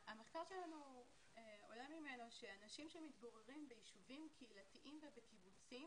מהמחקר שלנו עולה שאנשים שמתגוררים ביישובים קהילתיים ובקיבוצים